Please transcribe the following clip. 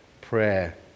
prayer